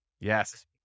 Yes